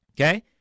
Okay